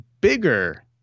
bigger